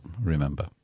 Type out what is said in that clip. Remember